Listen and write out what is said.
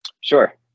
Sure